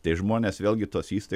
tai žmonės vėlgi tos įstai